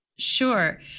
Sure